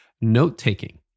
note-taking